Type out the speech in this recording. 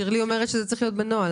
שירלי אומרת שזה צריך להיות בנוהל.